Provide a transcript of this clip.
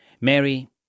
Mary